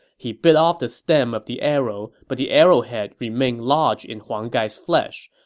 he bit off the stem of the arrow, but the arrowhead remained lodged in huang gai's flesh.